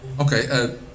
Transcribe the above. Okay